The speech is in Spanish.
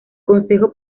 consejo